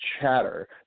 chatter